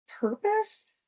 Purpose